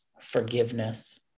forgiveness